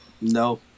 No